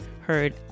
heard